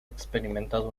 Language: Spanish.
experimentado